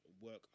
work